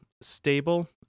stable